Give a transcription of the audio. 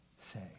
say